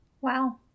Wow